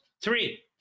three